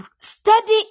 Study